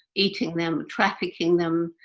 eating them, trafficking them,